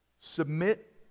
Submit